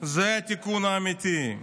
זה התיקון האמיתי".